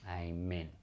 Amen